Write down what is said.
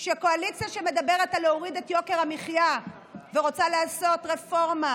של קואליציה שמדברת על להוריד את יוקר המחיה ורוצה לעשות רפורמה